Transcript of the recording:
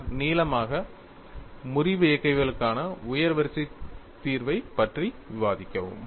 பின்னர் நீளமாக முறிவு இயக்கவியலுக்கான உயர் வரிசை தீர்வைப் பற்றி விவாதிக்கவும்